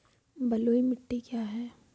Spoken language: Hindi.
बलुई मिट्टी क्या है?